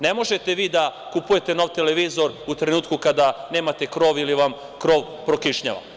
Ne možete vi da kupujete nov televizor u trenutku kada nemate krov ili vam krov prokišnjava.